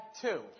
two